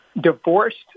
Divorced